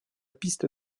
piste